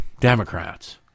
Democrats